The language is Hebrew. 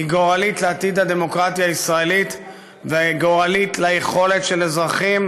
היא גורלית לעתיד הדמוקרטיה הישראלית וגורלית ליכולת של אזרחים,